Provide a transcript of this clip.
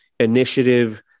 initiative